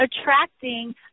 attracting